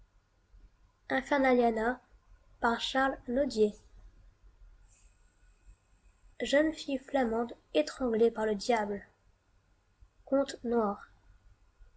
jeune fille flamande étranglée par le diable conte noir